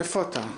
איפה אתה?